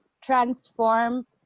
transform